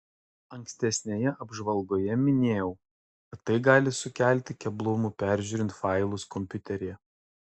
ankstesnėje apžvalgoje minėjau kad tai gali sukelti keblumų peržiūrint failus kompiuteryje